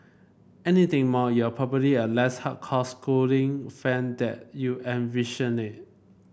anything more you are probably a less hardcore Schooling fan than you envisioned